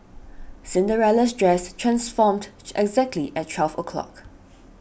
Cinderella's dress transformed exactly at twelve o' clock